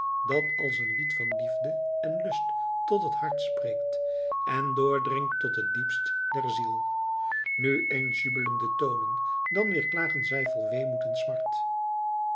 dat als een lied van liefde en lust tot het hart spreekt en doordringt tot het diepst der ziel nu eens jubelen de tonen dan weer klagen zij vol weemoed en smart